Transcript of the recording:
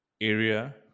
area